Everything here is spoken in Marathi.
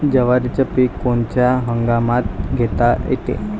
जवारीचं पीक कोनच्या हंगामात घेता येते?